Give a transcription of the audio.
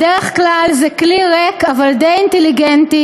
בדרך כלל זה כלי ריק אבל די אינטליגנטי,